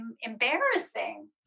embarrassing